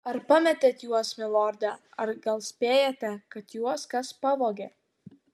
ar pametėt juos milorde ar gal spėjate kad juos kas pavogė